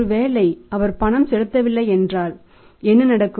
ஒருவேளை அவர் பணம் செலுத்தவில்லை என்றால் என்ன நடக்கும்